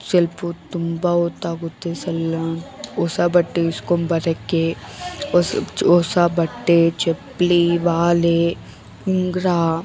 ಸ್ವಲ್ಪಹೊತ್ತು ತುಂಬ ಹೊತ್ತಾಗುತ್ತೆ ಸಲ್ಲ ಹೊಸ ಬಟ್ಟೆ ಇಸ್ಕೊಂಬರಕ್ಕೆ ಹೊಸ ಹೊಸ ಬಟ್ಟೆ ಚಪ್ಲಿ ಓಲೆ ಉಂಗುರ